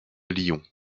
lyon